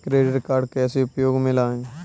Credit card कैसे उपयोग में लाएँ?